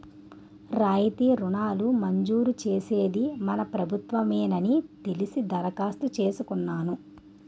రాయితీ రుణాలు మంజూరు చేసేది మన ప్రభుత్వ మేనని తెలిసి దరఖాస్తు చేసుకున్నాను